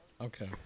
Okay